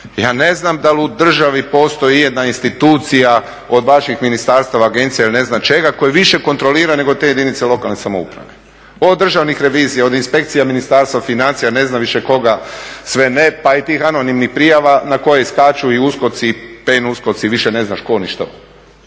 Ja ne znam da li u državi postoji ijedna institucija od vaših ministarstava, agencija ili ne znam čega koja više kontrolira nego te jedinice lokalne samouprave. Od državnih revizija, od inspekcija Ministarstva financija, ne znam više koga sve ne, pa i tih anonimnih prijava na koje skaču i uskoci, …, više ne znaš tko ni što.